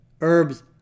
herbs